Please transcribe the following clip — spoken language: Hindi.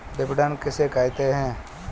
विपणन किसे कहते हैं?